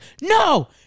no